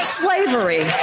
slavery